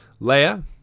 Leia